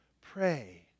pray